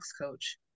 coach